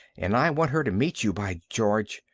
and i want her to meet you, by george!